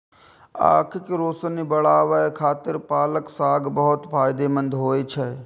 आंखिक रोशनी बढ़ाबै खातिर पालक साग बहुत फायदेमंद होइ छै